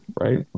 right